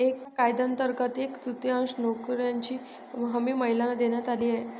या कायद्यांतर्गत एक तृतीयांश नोकऱ्यांची हमी महिलांना देण्यात आली आहे